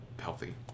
healthy